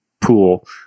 pool